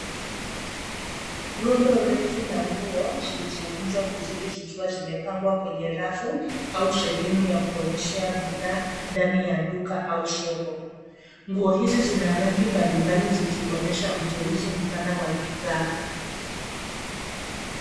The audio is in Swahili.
Rundo refu la nguo zilizokunjwa vizuri zikiwa zimepangwa kwenye rafu au sehemu ya kuonyeshea bidhaa ndani ya duka au soko. Nguo hizi zina rangi mbalimbali, zikionyesha uteuzi mpana wa bidhaa.